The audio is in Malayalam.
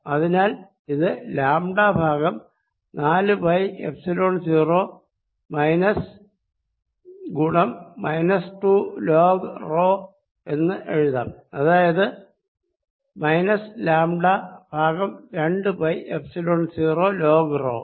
അതിനാൽ ഇത് ലാംടാ ഭാഗം നാലു പൈ എപ്സിലോൺ 0 മൈനസ് ഗുണം മൈനസ് 2 ലോഗ് റോ എന്ന് എഴുതാം അതായത് മൈനസ് ലാംടാ ഭാഗം രണ്ടു പൈ എപ്സിലോൺ 0 ലോഗ് റോ